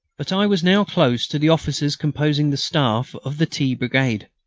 but i was now close to the officers composing the staff of the t. brigade.